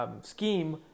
scheme